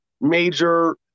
major